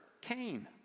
Cain